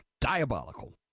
Diabolical